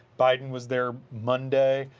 biden was there monday,